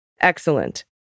Excellent